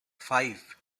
five